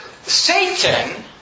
Satan